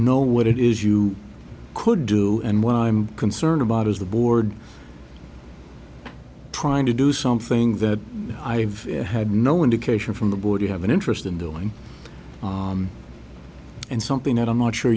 know what it is you could do and what i'm concerned about is the board trying to do something that i've had no indication from the board you have an interest in doing something that i'm not sure